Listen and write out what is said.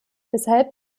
deshalb